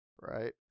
Right